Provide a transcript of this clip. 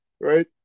right